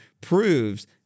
proves